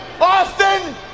Austin